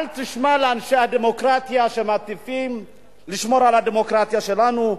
אל תשמע לאנשי הדמוקרטיה שמטיפים לשמור על הדמוקרטיה שלנו,